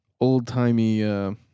old-timey